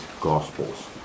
Gospels